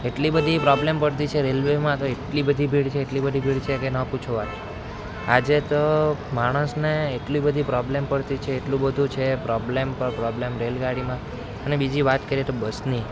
એટલી બધાં પ્રોબ્લેમ પડતી છે રેલવેમાં તો એટલી બધી ભીડ છે એટલી બધી ભીડ છે કે ના પૂછો વાત આજે તો માણસને એટલી બધી પ્રોબ્લેમ પડતી છે એટલું બધું છે પ્રોબ્લેમ પર પ્રોબ્લેમ રેલગાડીમાં ને બીજી વાત કરીએ તો બસની